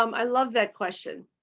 um i love that question